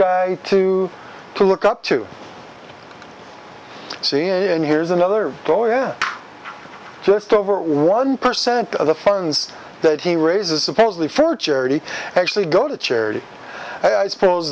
guy to to look up to see and here's another just over one percent of the funds that he raises supposedly for charity actually go to charity i suppose